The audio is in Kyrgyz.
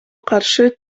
каршы